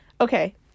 Okay